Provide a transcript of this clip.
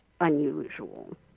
unusual